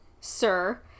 sir